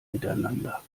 miteinander